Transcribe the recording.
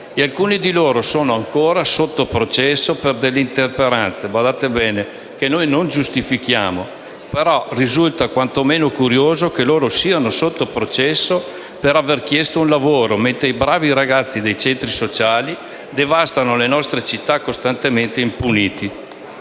alcuni di loro sono ancora sotto processo per delle intemperanze che - badate bene - noi non giustifichiamo, però risulta quanto meno curioso che essi siano sotto processo per aver chiesto un lavoro, mentre i bravi ragazzi dei centri sociali devastano le nostra città costantemente impuniti.